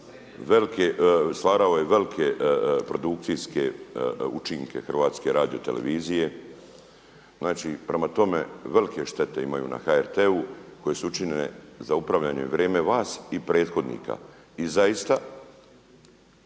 stvarao je velike produkcijske učinke Hrvatske radiotelevizije. Znači prema tome velike štete imaju na HRT-u koje su učinjene za upravljanje vrijeme vas i prethodnika. I zaista